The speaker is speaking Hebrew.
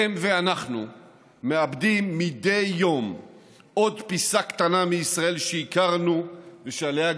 הם ואנחנו מאבדים מדי יום עוד פיסה קטנה מישראל שהכרנו ושעליה גדלנו,